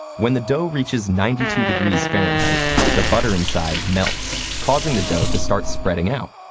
when the dough reaches ninety two degrees fahrenheit the butter inside melts, causing the dough to start spreading out.